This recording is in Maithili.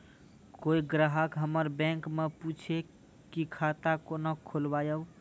कोय ग्राहक हमर बैक मैं पुछे की खाता कोना खोलायब?